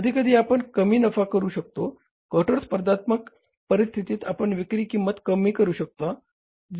कधीकधी आपण नफा कमी करू शकतो कठोर स्पर्धात्मक परिस्थितीत आपण विक्री किंमत कमी करू शकता